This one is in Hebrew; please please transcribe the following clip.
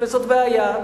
וזאת בעיה.